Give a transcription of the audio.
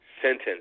sentence